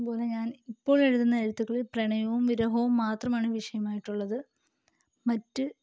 അതുപോലെ ഞാൻ ഇപ്പോളെഴുതുന്ന എഴുത്തുകളിൽ പ്രണയവും വിരഹവും മാത്രമാണ് വിഷയമായിട്ടുള്ളത് മറ്റ്